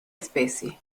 especie